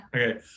Okay